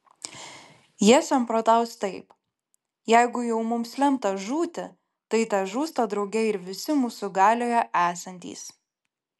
jie samprotaus taip jeigu jau mums lemta žūti tai težūsta drauge ir visi mūsų galioje esantys